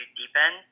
deepen